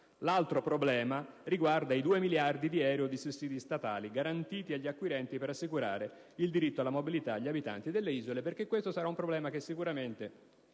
L'altro problema riguarda i 2 miliardi di euro di sussidi statali garantiti agli acquirenti per assicurare il diritto alla mobilità agli abitanti delle isole; questo problema sicuramente